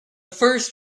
first